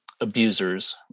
abusers